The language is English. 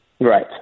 Right